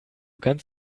kannst